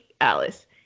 Alice